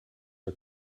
are